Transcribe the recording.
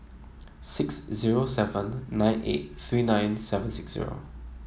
six zero seven nine eight three nine seven six zero